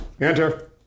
Enter